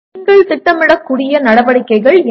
இப்போது நீங்கள் திட்டமிடக்கூடிய நடவடிக்கைகள் என்ன